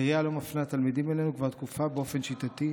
העירייה לא מפנה תלמידים אלינו כבר תקופה באופן שיטתי,